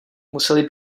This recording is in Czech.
museli